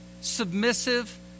submissive